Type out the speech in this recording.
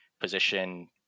position